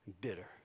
bitter